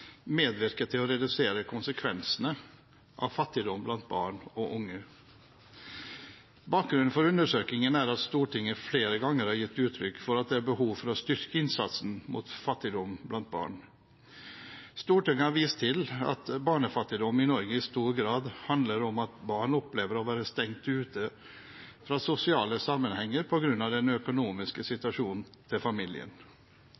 medvirker til å redusere konsekvensene av fattigdom blant barn og unge. Bakgrunnen for undersøkelsen er at Stortinget flere ganger har gitt uttrykk for at det er behov for å styrke innsatsen mot fattigdom blant barn. Stortinget har vist til at barnefattigdom i Norge i stor grad handler om at barn opplever å være stengt ute fra sosiale sammenhenger på grunn av den økonomiske